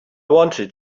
wanted